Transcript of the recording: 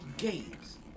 games